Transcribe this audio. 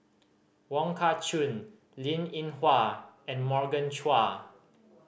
Wong Kah Chun Linn In Hua and Morgan Chua